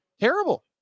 terrible